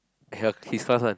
cannot his class one